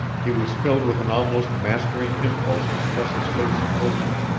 he was filled with an almost mastering impulse to press his face closer,